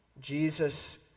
Jesus